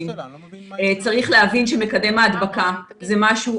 צריך להבין שמקדם ההדבקה זה משהו,